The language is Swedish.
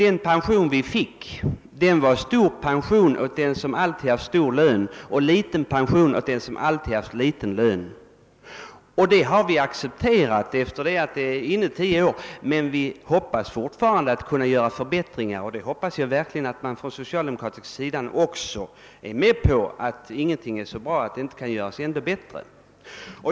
Det pensionssystem vi fick innebar, att den som alltid haft hög lön också får en stor pension, medan den som alltid haft låg lön också får en liten pension. Men vi hoppas fortfarande kunna göra förbättringar. Jag hoppas också att man på den socialdemokratiska sidan håller med om att ingenting är så bra att det inte kan göras ännu bättre.